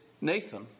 Nathan